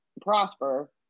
prosper